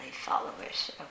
followers